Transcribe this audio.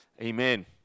amen